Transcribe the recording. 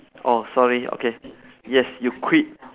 oh sorry okay yes you quit